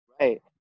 Right